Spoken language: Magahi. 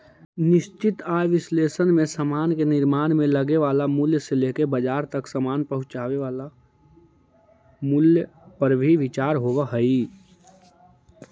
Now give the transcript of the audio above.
निश्चित आय विश्लेषण में समान के निर्माण में लगे वाला मूल्य से लेके बाजार तक समान पहुंचावे वाला मूल्य पर भी विचार होवऽ हई